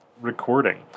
recording